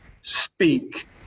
speak